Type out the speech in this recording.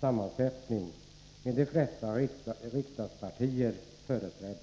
sammansatt med de flesta riksdagspartier företrädda.